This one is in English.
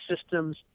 systems